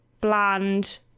bland